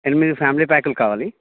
ఎనిమిది ఫ్యామిలీ ప్యాక్లు కావాలి